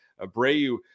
Abreu